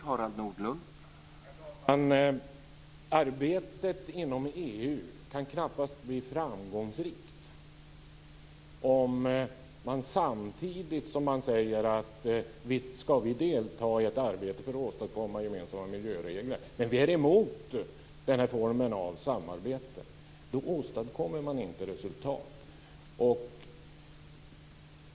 Herr talman! Arbetet inom EU kan knappast bli framgångsrikt om man samtidigt som man säger att visst ska vi delta i ett arbete för att åstadkomma gemensamma miljöregler är emot denna form av samarbete. Då åstadkommer man inte resultat.